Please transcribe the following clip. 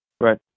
Right